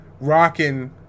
rocking